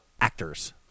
actors